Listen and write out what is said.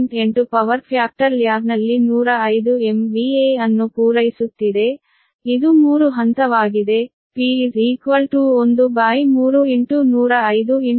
8 power factor ಲ್ಯಾಗ್ನಲ್ಲಿ 105 MVA ಅನ್ನು ಪೂರೈಸುತ್ತಿದೆ ಇದು 3 ಹಂತವಾಗಿದೆ P 13105 0